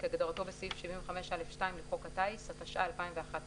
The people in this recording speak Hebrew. כהגדרתו בסעיף 75(א)(2) לחוק הטיס, התשע"א-2011